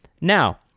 Now